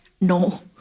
no